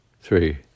three